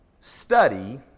study